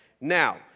now